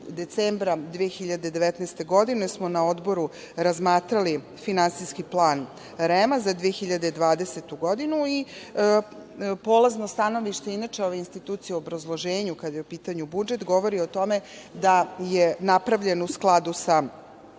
decembra 2019. godine, smo na Odboru razmatrali Finansijski plan REM-a za 2020. godinu. Polazno stanovište inače ove institucije u obrazloženju kada je u pitanju budžet govori o tome da je napravljen u skladu sa